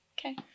Okay